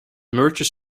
merges